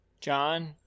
John